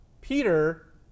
Peter